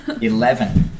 Eleven